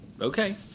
Okay